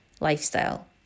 lifestyle